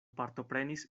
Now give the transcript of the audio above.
partoprenis